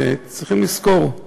צריכים לזכור: